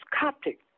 Coptic